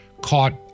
caught